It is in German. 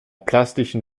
plastischen